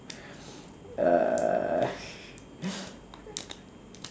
uh